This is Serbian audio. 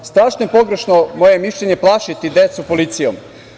Strašno je pogrešno, moje je mišljenje, plašiti decu policijom.